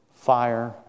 fire